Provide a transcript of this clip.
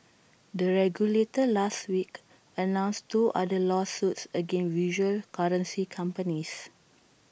the regulator last week announced two other lawsuits against virtual currency companies